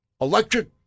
electric